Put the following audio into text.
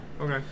okay